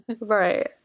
Right